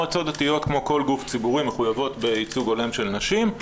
מועצות דתיות כמו כל גוף ציבורי מחויבות בייצוג הולם של נשים.